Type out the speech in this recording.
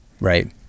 right